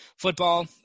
Football